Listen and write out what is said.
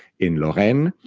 in lorraine,